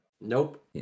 nope